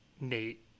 Nate